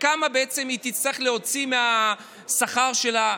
וכמה בעצם היא תצטרך להוציא מהשכר שלה.